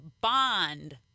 bond